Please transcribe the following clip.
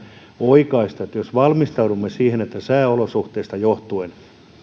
oikaista jos valmistaudumme siihen että sääolosuhteista johtuen tuetaan